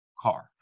car